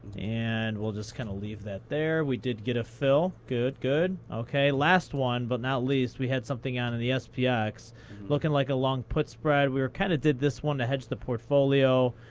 and we'll just kind of leave that there. we did get a fill. good, good. ok. last one, but not least, we had something on in the spx, yeah looking like a long put spread. we we kind of did this one to hedge the portfolio,